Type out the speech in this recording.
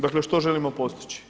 Dakle, što želimo postići?